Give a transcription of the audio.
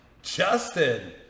Justin